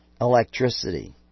Electricity